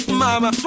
mama